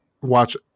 watch